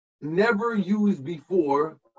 never-used-before